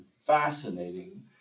fascinating